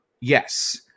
yes